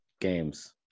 games